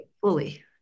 fully